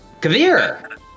Kavir